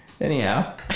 anyhow